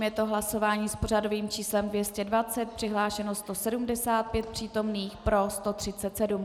Je to hlasování s pořadovým číslem 220, přihlášeno 175 přítomných, pro 137.